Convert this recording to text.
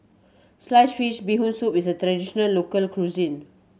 sliced fish Bee Hoon Soup is a traditional local cuisine